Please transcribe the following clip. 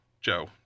Joe